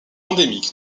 endémique